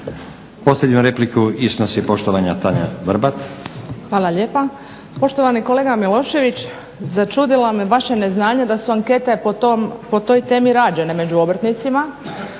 Posljednju repliku iznosi poštovana Tanja Vrbat.